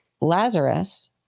Lazarus